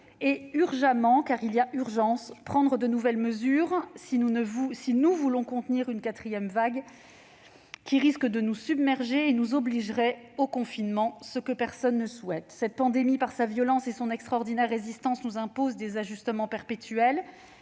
malheureusement et de toute urgence prendre de nouvelles mesures si nous voulons contenir une quatrième vague, qui risque de nous submerger et de nous obliger au confinement, ce que personne ne souhaite. Cette pandémie, par sa violence et son extraordinaire résistance, nous impose des ajustements perpétuels.